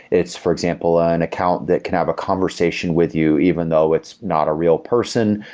it's for example an account that can have a conversation with you, even though it's not a real person.